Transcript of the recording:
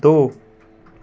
दो